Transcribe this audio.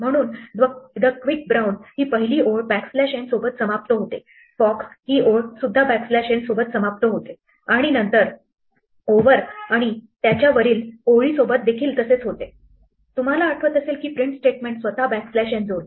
म्हणून the quick brownही पहिली ओळ बॅकस्लॅश n सोबत समाप्त होते fox ही ओळ सुद्धा बॅकस्लॅश n सोबत समाप्त होते आणि नंतर over आणि त्याच्यावरील ओळी सोबत देखील तसेच होतेतुम्हाला आठवत असेल कि प्रिंट स्टेटमेंट स्वतः बॅकस्लॅश n जोडते